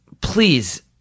please